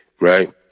right